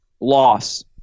loss